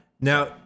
Now